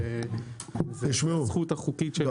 זה בזכות החוקית של --- תשמעו,